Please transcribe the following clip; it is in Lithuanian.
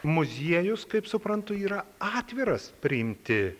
muziejus kaip suprantu yra atviras priimti